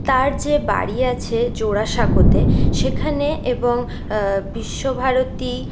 তার যে বাড়ি আছে জোড়াসাঁকোতে সেখানে এবং বিশ্বভারতী